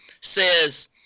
says